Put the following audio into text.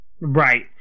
Right